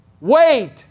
Wait